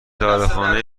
داروخانه